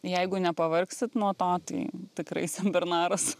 jeigu nepavargsit nuo to tai tikrai senbernaras